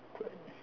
awkward